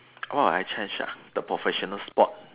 oh I change ah the professional sport